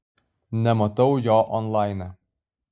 nematau jo onlaine